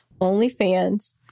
OnlyFans